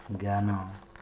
ଜ୍ଞାନ